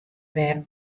wer